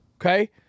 Okay